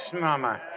Mama